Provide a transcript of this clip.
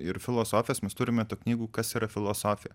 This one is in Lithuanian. ir filosofijos mes turime tų knygų kas yra filosofija